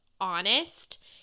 honest